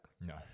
No